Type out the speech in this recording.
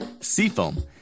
Seafoam